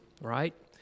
right